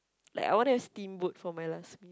like I want a steamboat for my last meal